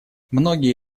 многие